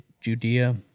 Judea